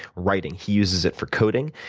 writing. he uses it for coding,